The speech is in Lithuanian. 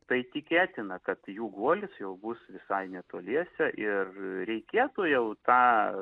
tai tikėtina kad jų guolis jau bus visai netoliese ir reikėtų jau tą